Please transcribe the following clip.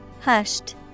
Hushed